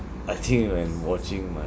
I think when watching my